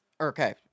Okay